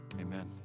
amen